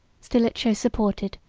stilicho supported,